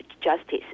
Justice